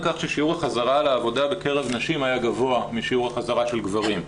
כך ששיעור החזרה לעבודה בקרב נשים היה גבוה משיעור החזרה של גברים,